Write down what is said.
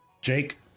Jake